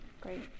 Great